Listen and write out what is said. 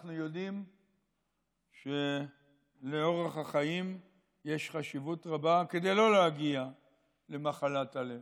אנחנו יודעים שלאורח החיים יש חשיבות רבה כדי לא להגיע למחלת הלב,